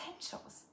potentials